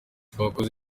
twakoze